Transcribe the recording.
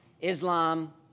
Islam